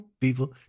people